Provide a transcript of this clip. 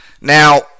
Now